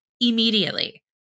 immediately